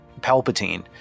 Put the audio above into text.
Palpatine